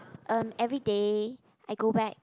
um everyday I go back